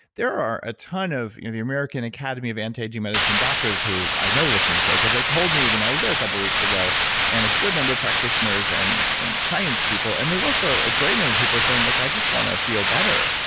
there are a ton of you know the american academy of anti-aging medicine doctors who i know listen to the show, because they told me when i was there a couple of weeks ago and a good number of practitioners and and science people and there's also a great number of people were saying, look, i just want to feel better.